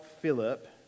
Philip